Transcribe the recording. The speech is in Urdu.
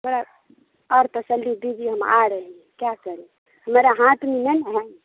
تھوڑا اور تسلی دیجیے ہم آ رہے ہیں کیا کرے میرا ہاتھ میں نہیں نہ ہے